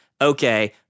okay